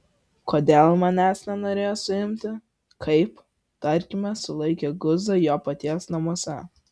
kodėl manęs nenorėjo suimti kaip tarkime sulaikė guzą jo paties namuose